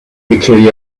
katie